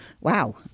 Wow